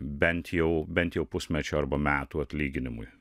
bent jau bent jau pusmečio arba metų atlyginimui